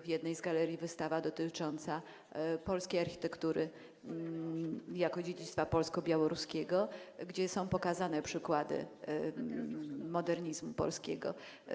w jednej z galerii jest wystawa dotycząca polskiej architektury jako dziedzictwa polsko-białoruskiego, na której są pokazane przykłady modernizmu polskiego.